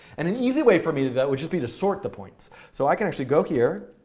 and an easy way for me to do that would just be to sort the points. so i can actually go here,